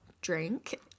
drink